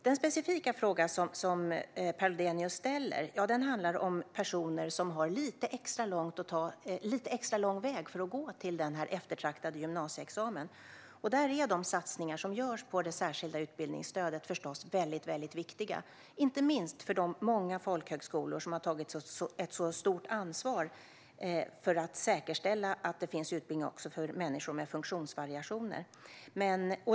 Den specifika fråga som Per Lodenius ställer handlar om personer som har en lite extra lång väg att gå till den eftertraktade gymnasieexamen. Där är de satsningar som görs på det särskilda utbildningsstödet förstås väldigt viktiga, inte minst för de många folkhögskolor som har tagit ett så stort ansvar för att säkerställa att det finns utbildning också för människor med funktionsvariationer.